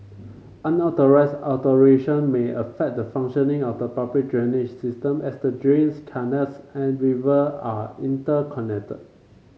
unauthorised alteration may affect the functioning of the public drainage system as the drains canals and river are interconnected